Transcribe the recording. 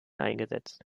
eingesetzt